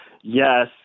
Yes